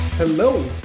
Hello